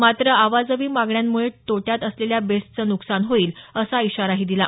मात्र अवाजवी मागण्यांमुळे तोट्यात असलेल्या बेस्टचं नुकसान होईल असा इशाराही दिला